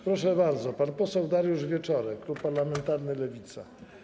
Proszę bardzo, pan poseł Dariusz Wieczorek, klub parlamentarny Lewica.